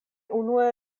unue